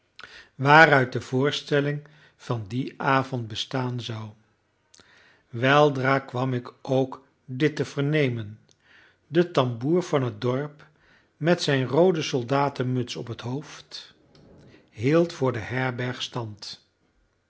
waaruit de voorstelling van dien avond bestaan zou weldra kwam ik ook dit te vernemen de tamboer van het dorp met zijn roode soldatenmuts op het hoofd hield voor de herberg stand